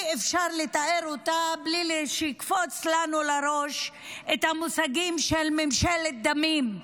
אי-אפשר לתאר אותה בלי שיקפוץ לנו לראש המושגים של ממשלת דמים,